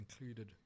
included